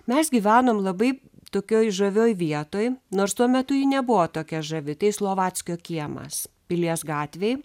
mes gyvenom labai tokioj žavioj vietoj nors tuo metu ji nebuvo tokia žavi tai slovackio kiemas pilies gatvėj